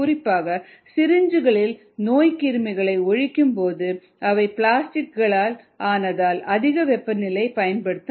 குறிப்பாக சிரிஞ்ச்களில் நோய் கிருமிகளை ஒழிக்கும் போது அவை பிளாஸ்டிக்குகளால் ஆனதால் அதிக வெப்பநிலையை பயன்படுத்த முடியாது